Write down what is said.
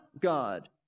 God